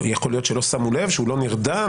יכול להיות שלא שמו לב שהוא לא נרדם,